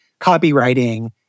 copywriting